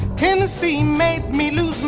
tennessee made me lose